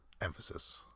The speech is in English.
emphasis